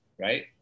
right